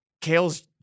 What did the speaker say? Kale's